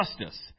justice